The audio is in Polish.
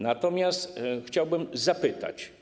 Natomiast chciałbym zapytać.